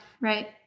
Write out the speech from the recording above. Right